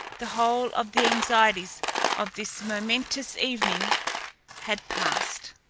the whole of the anxieties of this momentous evening had passed.